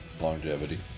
Longevity